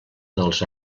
dels